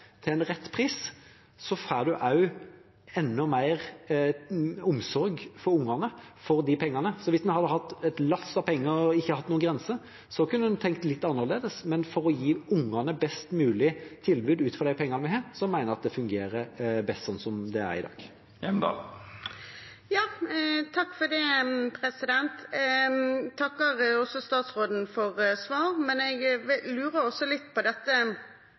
til en rett pris, får en enda mer omsorg for ungene for de pengene. Hvis vi hadde hatt et lass av penger og ikke hatt noen grenser, kunne en tenkt litt annerledes, men for å gi ungene best mulig tilbud med de pengene vi har, mener jeg det fungerer best sånn som det er i dag. Jeg takker statsråden for svar, men jeg lurer også litt på